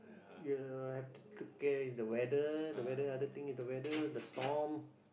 you have to is the weather the weather other thing is the weather the storm